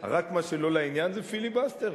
רק מה שלא לעניין זה פיליבסטר?